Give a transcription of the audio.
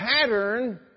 pattern